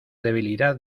debilidad